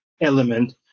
element